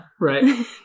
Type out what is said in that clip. Right